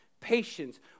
patience